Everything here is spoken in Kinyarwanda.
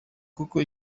koko